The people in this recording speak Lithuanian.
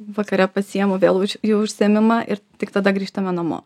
vakare pasiemu vėl už į užsiėmimą ir tik tada grįžtame namo